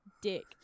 dick